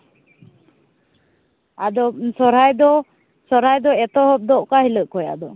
ᱟᱫᱚ ᱥᱚᱨᱦᱟᱭ ᱫᱚ ᱥᱚᱨᱦᱟᱭ ᱫᱚ ᱮᱛᱚᱦᱚᱵ ᱫᱚ ᱚᱠᱟ ᱦᱤᱞᱳᱜ ᱠᱷᱚᱱ ᱟᱫᱚ